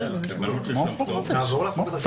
אני